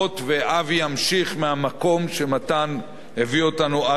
ואבי ימשיך מהמקום שמתן הביא אותנו עד אליו.